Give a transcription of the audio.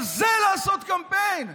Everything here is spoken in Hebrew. על זה לעשות קמפיין?